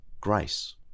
grace